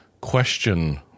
question